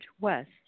west